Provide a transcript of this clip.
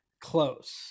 close